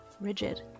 rigid